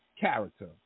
character